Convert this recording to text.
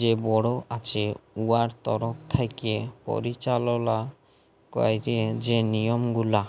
যে বোড় আছে উয়ার তরফ থ্যাকে পরিচাললা ক্যারে যে লিয়মগুলা